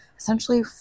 essentially